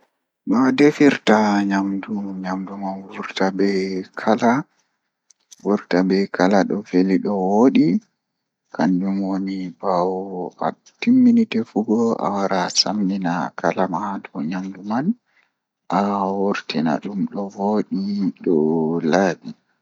Eh ndikkima,I ,I daana be law nden mi fina bo be law, Dalila bo ko wadi ngam tomi yahan kuugal mifina be law mi dilla kuugal am egaa law nden tomi tomi warti mi somi mi lora mi waal mi daana be law.